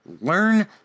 Learn